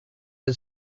had